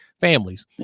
families